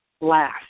Last